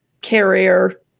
carrier